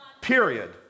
Period